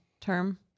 term